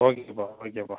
ஓகேபா ஓகேபா